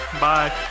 Bye